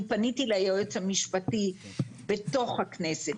אני פניתי ליועץ המשפטי בתוך הכנסת,